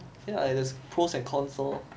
ya there's pros and cons lor